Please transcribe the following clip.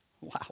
Wow